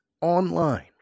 online